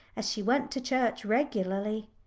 as she went to church regularly.